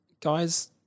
guys